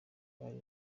bari